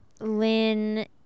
Lynn